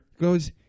goes